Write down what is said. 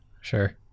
sure